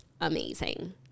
amazing